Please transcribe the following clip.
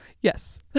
Yes